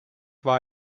war